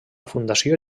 fundació